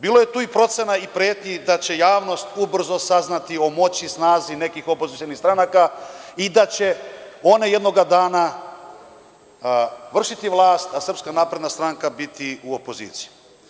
Bilo je tu i procena i pretnji da će javnost ubrzo saznati o moći i snazi nekih opozicionih stranaka i da će one jednoga dana vršiti vlast, a Srpska napredna stranka biti u opoziciji.